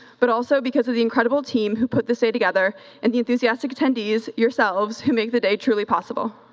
but also because of the incredible team who put this day together and the enthusiastic attendees, yourselves, who make the day truly possible.